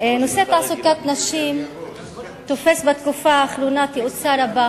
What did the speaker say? נושא תעסוקת נשים תופס בתקופה האחרונה תאוצה רבה